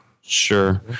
Sure